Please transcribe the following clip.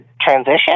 transition